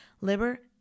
liver